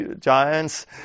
giants